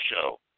show